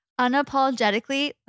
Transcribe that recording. unapologetically